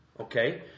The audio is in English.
okay